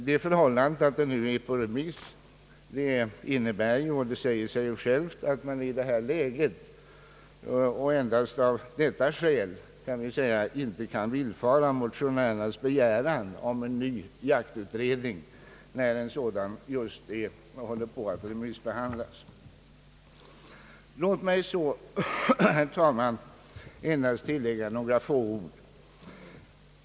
Det förhållandet att betänkandet nu är på remiss innebär — det säger sig självt — att man i detta läge och enbart av detta skäl inte kan villfara motionärernas begäran om en ny jaktutredning. Låt mig så, herr talman, endast få tillägga några få ord.